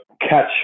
catch